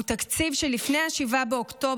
הוא תקציב של לפני 7 באוקטובר.